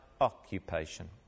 occupation